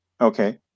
Okay